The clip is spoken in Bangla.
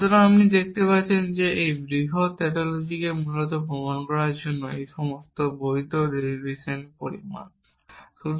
সুতরাং আপনি দেখতে পাচ্ছেন যে এই বৃহৎ টাউটোলজিকে মূলত প্রমাণ করার জন্য সমস্ত বৈধ ডেরিভেশন পরিমাণ রয়েছে